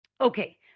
okay